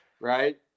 right